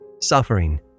suffering